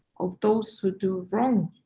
of those who do wrong,